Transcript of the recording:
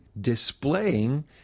displaying